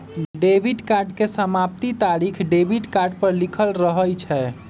debit card के समाप्ति तारिख डेबिट कार्ड पर लिखल रहइ छै